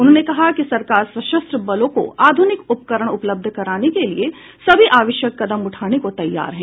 उन्होंने कहा कि सरकार सशस्त्र बलों को आधुनिक उपकरण उपलब्ध कराने के लिए सभी आवश्यक कदम उठाने को तैयार है